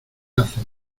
haces